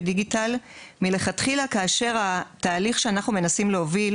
דיגיטלי מלכתחילה כאשר התהליך שאנחנו מנסים להוביל,